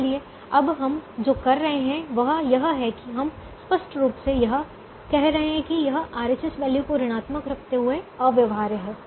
इसलिए अब हम जो कर रहे हैं वह यह है कि हम स्पष्ट रूप से यह कह रहे हैं कि यह RHS वैल्यू को ऋणात्मक रखते हुए अव्यवहार्य है